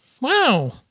Wow